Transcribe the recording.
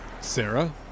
Sarah